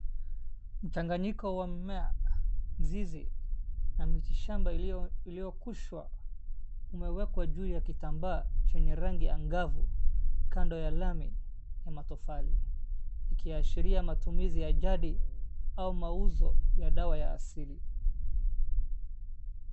Mchanganyiko wa mmea ,mzizi ,na mitishamba iliyokushwa umewekwa juu ya kitambaa chenye rangi ya ngavu kando ya lami ya matofali, ikiashiria matumizi ya jadi au mauzo dawa ya asili.